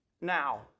now